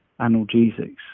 analgesics